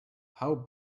how